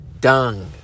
dung